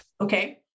Okay